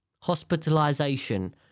Hospitalization